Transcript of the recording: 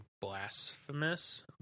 blasphemous